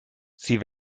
sie